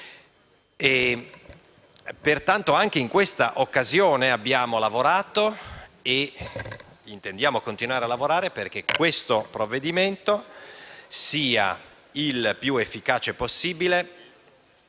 Pertanto, anche in questa occasione abbiamo lavorato e intendiamo continuare a farlo perché il provvedimento in esame sia il più efficace possibile